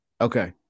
Okay